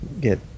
get